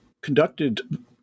conducted